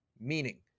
Meaning